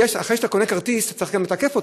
אחרי שאתה קונה כרטיס, אתה צריך לתקף אותו.